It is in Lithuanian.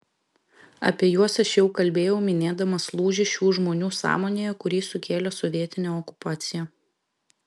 apie juos aš jau kalbėjau minėdamas lūžį šių žmonių sąmonėje kurį sukėlė sovietinė okupacija